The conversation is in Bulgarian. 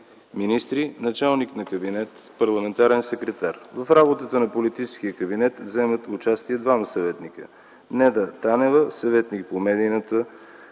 заместник-министри, началник на кабинета, парламентарен секретар. В работата на политическия кабинет вземат участие двама съветници – Неда Танева – съветник по медийната